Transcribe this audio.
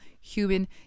human